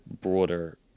broader